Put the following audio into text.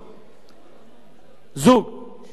כשאחד מבני-הזוג או שניהם עברו תהליך גיור,